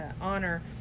honor